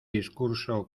discurso